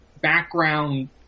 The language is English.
background